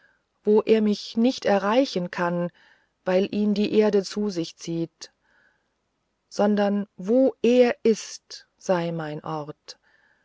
wo er mich nicht erreichen kann weil ihn die erde zu sich ziehet sondern wo er ist sei mein ort